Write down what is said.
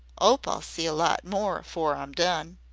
ope i'll see a lot more afore i'm done.